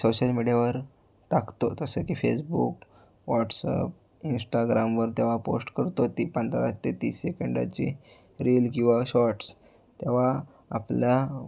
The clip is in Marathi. सोशल मीडियावर टाकतो तसं की फेसबुक वॉट्सअप इंष्टाग्रामवर तेव्हा पोष्ट करतो ती पण राहते तीस सेकंडाची रील किंवा शॉर्ट्स तेव्हा आपल्या